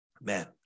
Man